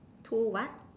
two what